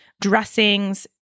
dressings